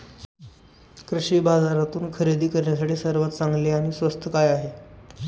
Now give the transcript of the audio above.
कृषी बाजारातून खरेदी करण्यासाठी सर्वात चांगले आणि स्वस्त काय आहे?